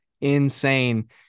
insane